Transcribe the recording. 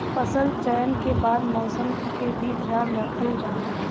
फसल चयन के बाद मौसम क भी ध्यान रखल जाला